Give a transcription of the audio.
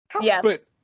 Yes